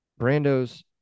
Brando's